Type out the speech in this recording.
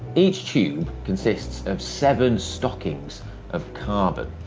each tube consists of seven stockings of carbon,